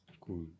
Cool